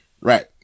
Right